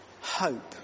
hope